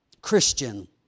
Christian